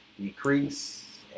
decrease